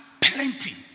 plenty